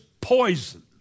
poison